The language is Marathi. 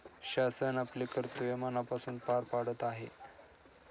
शासन आपले कर्तव्य मनापासून पार पाडत आहे